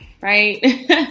right